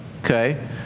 Okay